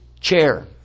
chair